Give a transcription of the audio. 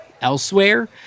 elsewhere